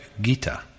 Gita